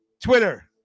Twitter